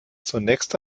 zunächst